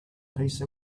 piece